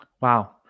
Wow